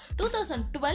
2012